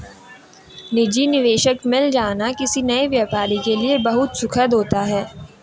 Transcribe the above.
निजी निवेशक मिल जाना किसी नए व्यापारी के लिए बहुत सुखद होता है